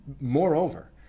Moreover